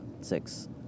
Six